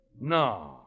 No